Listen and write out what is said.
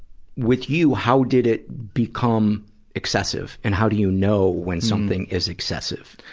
with you, how did it become excessive, and how do you know when something is excessive?